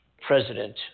president